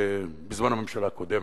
בזמן הממשלה הקודמת,